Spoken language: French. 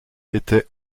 était